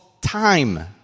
time